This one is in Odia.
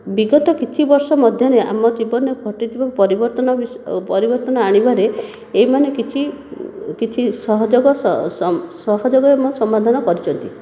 ବିଗତ କିଛି ବର୍ଷ ମଧ୍ୟରେ ଆମ ଜୀବନରେ ଘଟିଥିବା ପରିବର୍ତ୍ତନ ପରିବର୍ତ୍ତନ ଆଣିବାରେ ଏହିମାନେ କିଛି କିଛି ସହଯୋଗ ସହଯୋଗ ଏବଂ ସମାଧାନ କରିଛନ୍ତି